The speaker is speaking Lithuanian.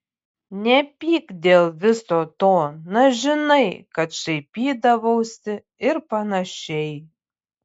nepyk dėl viso to na žinai kad šaipydavausi ir panašiai